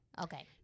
Okay